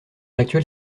actuel